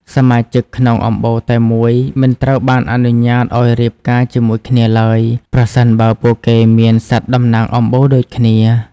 សមាជិកក្នុងអំបូរតែមួយមិនត្រូវបានអនុញ្ញាតឱ្យរៀបការជាមួយគ្នាឡើយ ប្រសិនបើពួកគេមានសត្វតំណាងអំបូរដូចគ្នា។